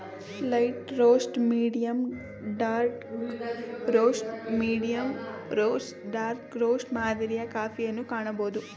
light roast, medium dark roast, medium roast dark roast ಮಾದರಿಯ ಕಾಫಿಯನ್ನು ಕಾಣಬೋದು